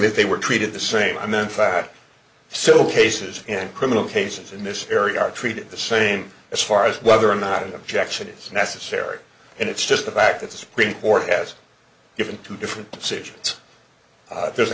that they were treated the same and then five so cases and criminal cases in this area are treated the same as far as whether or not an objection is necessary and it's just the fact that the supreme court has given two different decisions there's a